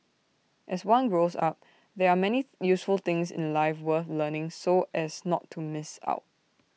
as one grows up there are many useful things in life worth learning so as not to miss out